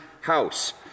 house